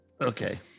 okay